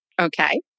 Okay